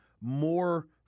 more